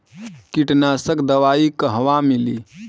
कीटनाशक दवाई कहवा मिली?